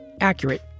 accurate